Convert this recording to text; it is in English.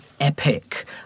epic